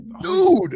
dude